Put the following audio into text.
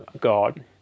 God